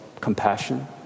compassion